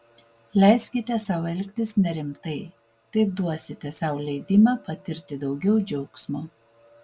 leiskite sau elgtis nerimtai taip duosite sau leidimą patirti daugiau džiaugsmo